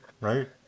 right